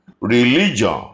Religion